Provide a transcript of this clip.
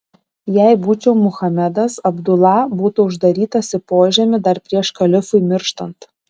jei būčiau muhamedas abdula būtų uždarytas į požemį dar prieš kalifui mirštant